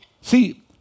See